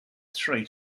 three